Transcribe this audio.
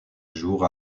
jour